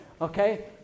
okay